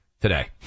today